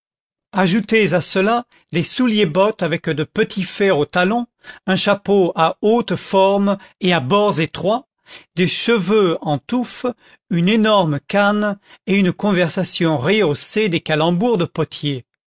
ajoutez à cela des souliers bottes avec de petits fers au talon un chapeau à haute forme et à bords étroits des cheveux en touffe une énorme canne et une conversation rehaussée des calembours de potier